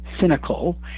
cynical